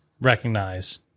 recognize